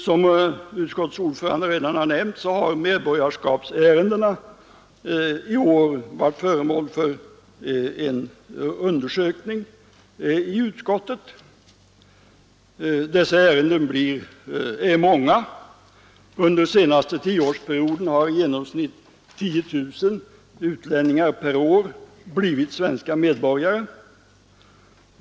Som utskottets ordförande redan har nämnt har medborgarskapsärendena i år varit föremål för en undersökning i utskottet. Dessa ärenden är många. Under den senaste tioårsperioden har i genomsnitt 10 000 utlänningar per år blivit svenska medborgare.